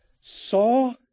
saw